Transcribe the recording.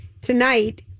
tonight